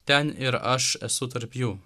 ten ir aš esu tarp jų